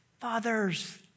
Fathers